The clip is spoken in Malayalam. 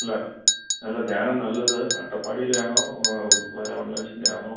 അല്ല അല്ല ധ്യാനം നല്ലത് അട്ടപ്പാടിയിലെ ആണോ വയലാമണ്ണിലച്ഛൻ്റെ ആണോ